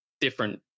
different